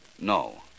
No